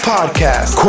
Podcast